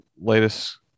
latest